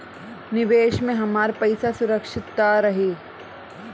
निवेश में हमार पईसा सुरक्षित त रही?